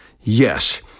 Yes